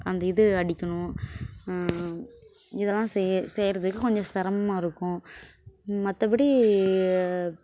அந்த இது அடிக்கணும் இதெல்லாம் செய்ய செய்கிறதுக்கு கொஞ்சம் சிரமமா இருக்கும் மற்றபடி